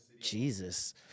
jesus